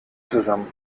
zusammen